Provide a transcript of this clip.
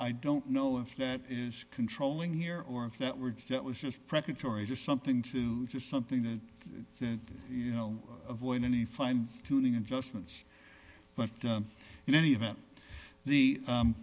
i don't know if that is controlling here or if that were just was just preparatory just something to do something that you know avoid any find tuning adjustments but in any event the